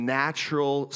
natural